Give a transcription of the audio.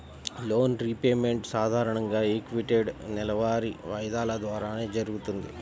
loan repayment సాధారణంగా equated నెలవారీ వాయిదాల ద్వారానే జరుగుతది